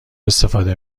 استفاده